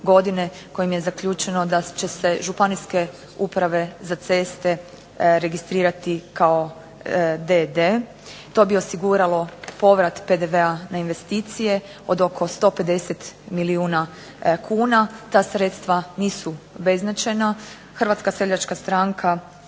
godine kojim je zaključeno da će se Županijske uprave za ceste registrirati kao d.d. To bi osiguralo povrat PDV-a na investicije od oko 150 milijuna kuna. Ta sredstva nisu beznačajna. Hrvatska seljačka stranka